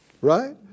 Right